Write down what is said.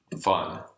fun